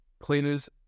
Cleaners